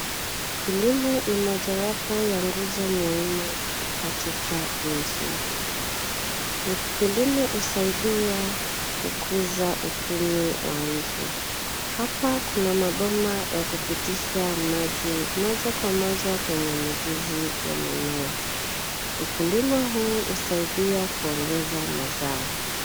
Kilimo ni mojawapo ya nguzo muhimu katika nchi. Kilimo usaidia kukuza uchumi wa nchi hapa kuna mabomba ya kupitisha maji moja kwa moja kwenye mizizi ya mimea. Ukulima huu husaidia kuongeza mazao.